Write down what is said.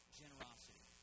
generosity